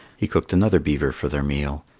he cooked another beaver for their meal.